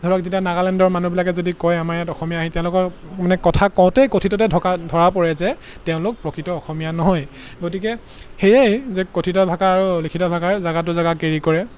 ধৰক এতিয়া নাগালেণ্ডৰ মানুহবিলাকে যদি কয় আমাৰ ইয়াত অসমীয়া আহি তেওঁলোকৰ মানে কথা কওঁতেই কথিততে ধকা ধৰা পৰে যে তেওঁলোক প্ৰকৃত অসমীয়া নহয় গতিকে সেয়েই যে কথিত ভাষা আৰু লিখিত ভাষাৰ জেগাটো জেগা কেৰি কৰে